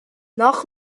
nach